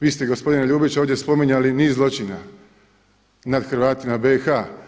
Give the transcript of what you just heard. Vi ste gospodine Ljubić ovdje spominjali niz zločina nad Hrvatima u BIH.